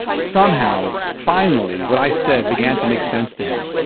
somehow, finally, what i said began to make sense to him.